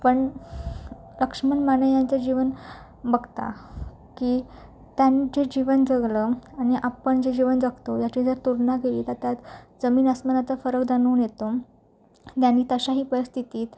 पण लक्ष्मण माने यांचं जीवन बघता की त्यां जे जीवन जगलं आणि आपण जे जीवन जगतो याची जर तुलना केली तर त्यात जमीन अस्मानाचा फरक जाणून येतो त्यांनी तशाही परिस्थितीत